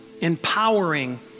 empowering